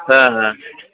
ହାଁ ହାଁ